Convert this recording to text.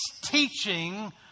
teaching